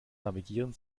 navigieren